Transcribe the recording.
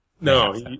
No